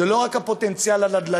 זה לא רק הפוטנציאל הנדל"ני,